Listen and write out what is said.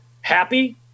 happy